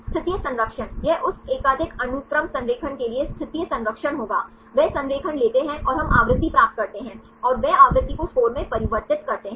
स्थितीय संरक्षण यह उस एकाधिक अनुक्रम संरेखण के लिए स्थितीय संरक्षण होगा वे संरेखण लेते हैं और हम आवृत्ति प्राप्त करते हैं और वे आवृत्ति को स्कोर में परिवर्तित करते हैं